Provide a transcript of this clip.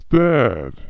dead